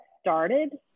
started